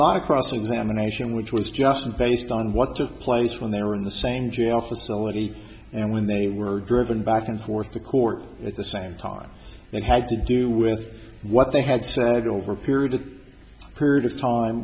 not a cross examination which was just based on what took place when they were in the same jail facility and when they were driven back and forth to court at the same time that had to do with what they had said over a period of period of time